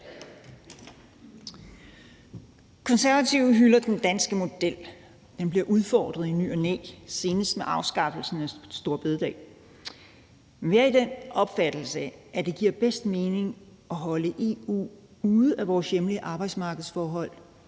Konservative hylder vi den danske model. Den bliver udfordret i ny og næ, senest med afskaffelsen af store bededag. Vi er af den opfattelse, at det giver bedst mening at holde EU ude af vores hjemlige arbejdsmarkedsforhold,